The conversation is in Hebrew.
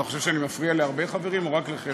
אתה חושב שאני מפריע להרבה חברים או רק לחלק?